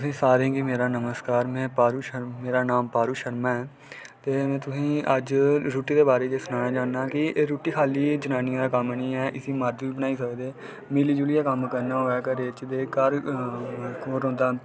तुसें सारें गी मेरा नमस्कार मेरा में पारू शर्मा नां ऐ पारूल शर्मा में तुसें गी अज्ज रुट्टी दे बारै च दस्सना चाह्न्नां कि एह् जनानियें दा कम्म नीं ऐ इस्सी मर्द बी बनाई सकदे मिली जुलियै कम्म करना होऐ घर च ते घर बल्कि ठीक रौंह्दा